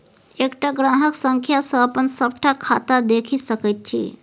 एकटा ग्राहक संख्या सँ अपन सभटा खाता देखि सकैत छी